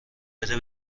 بده